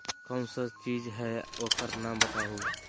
कौन सा चीज है ओकर नाम बताऊ?